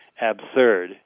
absurd